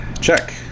Check